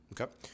Okay